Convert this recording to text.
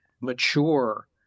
mature